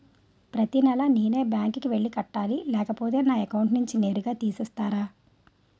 ప్రతి నెల నేనే బ్యాంక్ కి వెళ్లి కట్టాలి లేకపోతే నా అకౌంట్ నుంచి నేరుగా తీసేస్తర?